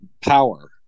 power